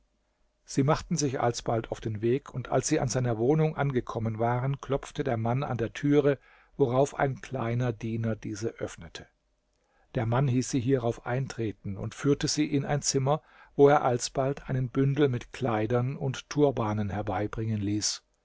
sie machten sich alsbald auf den weg und als sie an seiner wohnung angekommen waren klopfte der mann an der türe worauf ein kleiner diener diese öffnete der mann hieß sie hierauf eintreten und führte sie in ein zimmer wo er alsbald einen bündel mit kleidern und turbanen herbeibringen ließ